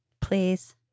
please